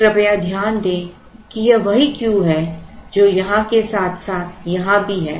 कृपया ध्यान दें कि यह वही Q है जो यहां के साथ साथ यहां भी है